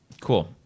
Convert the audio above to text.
Cool